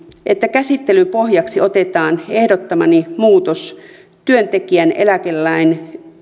että käsittelyn pohjaksi otetaan ehdottamani muutos työntekijän eläkelain